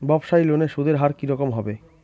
ব্যবসায়ী লোনে সুদের হার কি রকম হবে?